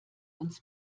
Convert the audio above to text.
uns